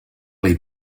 les